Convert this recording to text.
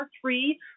three